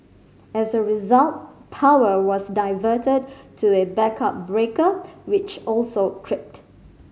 as a result power was diverted to a backup breaker which also tripped